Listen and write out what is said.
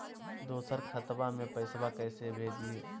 दोसर खतबा में पैसबा कैसे भेजिए?